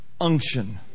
unction